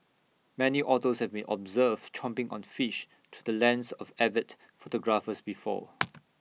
many otters have been observed chomping on fish through the lens of avid photographers before